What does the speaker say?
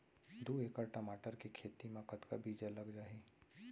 दू एकड़ टमाटर के खेती मा कतका बीजा लग जाही?